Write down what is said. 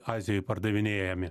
azijoj pardavinėjami